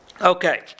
Okay